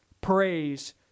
praise